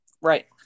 Right